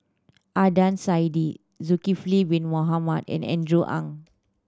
Adnan Saidi Zulkifli Bin Mohamed and Andrew Ang